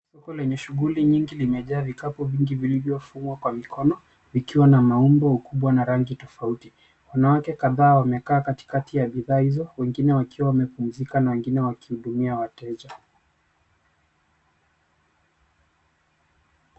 Soko lenye shughuli nyingi limejaa vikapu vingi vilivyofungwa kwa mikono , vikiwa na maumbo, ukubwa na rangi tofauti. wanawake kadhaa, wamekaa katikati ya bidhaa hizo wengine wakiwa wamepumzika na wengine wakiwahudimia wateja.